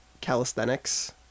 calisthenics